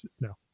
No